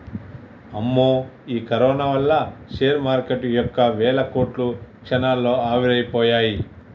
అమ్మో ఈ కరోనా వల్ల షేర్ మార్కెటు యొక్క వేల కోట్లు క్షణాల్లో ఆవిరైపోయాయి